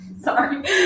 Sorry